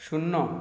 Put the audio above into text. শূন্য